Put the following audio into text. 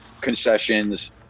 concessions